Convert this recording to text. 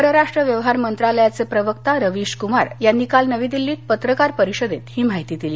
परराष्ट्र व्यवहार मंत्रालयाचे प्रवक्ता रविश कुमार यांनी काल नवी दिल्लीत पत्रकार परिषदेत ही माहिती दिली